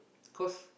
cause